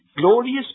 glorious